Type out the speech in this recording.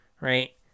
right